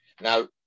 Now